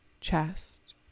chest